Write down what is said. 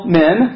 men